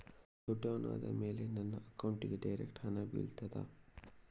ದೊಡ್ಡವನಾದ ಮೇಲೆ ನನ್ನ ಅಕೌಂಟ್ಗೆ ಡೈರೆಕ್ಟ್ ಹಣ ಬೀಳ್ತದಾ?